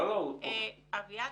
אביעד,